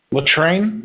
Latrine